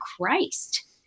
Christ